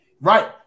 Right